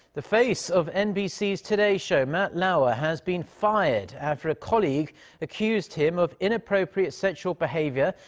the face of nbc's today show. matt lauer has been fired after a colleague accused him of inappropriate sexual behavior.